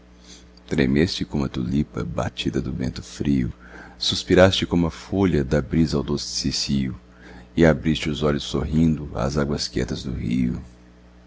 tremeste como a tulipa batida do vento frio suspiraste como a folha da brisa ao doce cicio e abriste os olhos sorrindo às águas quietas do rio